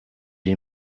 est